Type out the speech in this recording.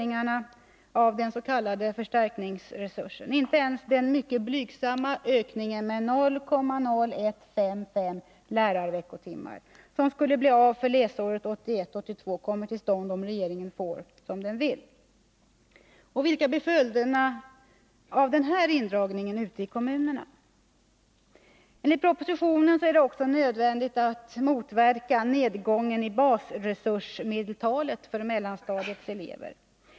ökningarna av den s.k. förstärkningsresursen. Inte ens den mycket blygsamma ökning med 0,0155 lärarveckotimmar som skulle göras läsåret 1981/82 kommer till stånd om regeringen får som den vill. Och vilka blir följderna av den här indragningen ute i kommunerna? Enligt propositionen är det också nödvändigt att motverka nedgången i basresursmedeltalet för mellanstadiet.